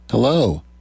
Hello